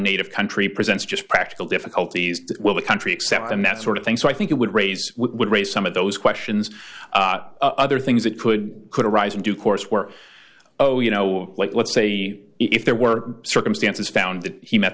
native country presents just practical difficulties will the country accept and that sort of thing so i think it would raise would raise some of those questions other things that could could arise in due course where you know like let's say if there were circumstances found that he met